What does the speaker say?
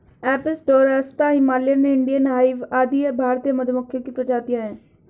Apis dorsata, Himalayan, Indian hive आदि भारतीय मधुमक्खियों की प्रजातियां है